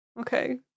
okay